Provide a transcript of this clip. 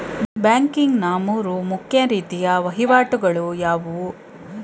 Banking ನ ಮೂರು ಮುಖ್ಯ ರೀತಿಯ ವಹಿವಾಟುಗಳು ಯಾವುವು?